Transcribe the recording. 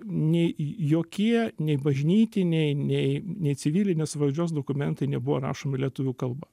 nei jokie nei bažnytiniai nei civilinės valdžios dokumentai nebuvo rašomi lietuvių kalba